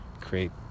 create